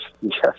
Yes